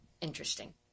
interesting